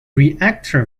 reactor